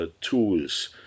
tools